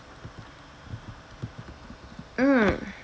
mm